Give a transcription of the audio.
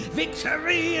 victory